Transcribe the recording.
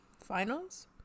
Finals